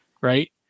Right